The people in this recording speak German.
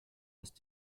ist